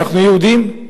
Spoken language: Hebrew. אנחנו יהודים.